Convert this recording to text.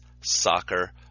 soccer